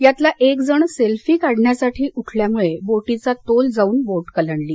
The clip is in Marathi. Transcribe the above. यातला एक जण सेल्फी काढण्यासाठी उठल्यामुळे बोटीचा तोल जाऊन बोट कलंडली